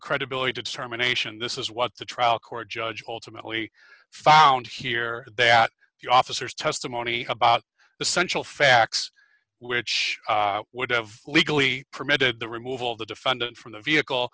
credibility determination this is what the trial court judge ultimately found here that the officers testimony about the central facts which would have legally permitted the removal of the defendant from the vehicle